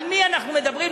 על מי אנחנו מדברים?